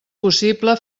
possible